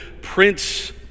Prince